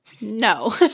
No